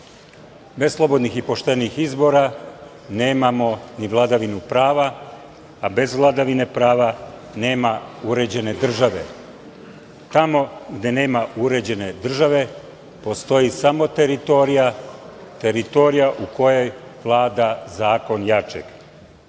bez slobodnih i poštenih izbora nemamo ni vladavinu prava, a bez vladavine prava nema uređene države. Tamo gde nema uređene države, postoji samo teritorija, teritorija u kojoj vlada zakon jačeg. Kako